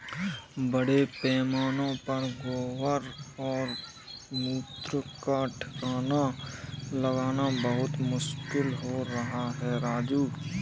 बड़े पैमाने पर गोबर और मूत्र का ठिकाना लगाना बहुत मुश्किल हो रहा है राजू